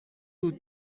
دود